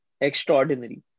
extraordinary